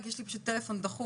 פשוט יש לי טלפון דחוף,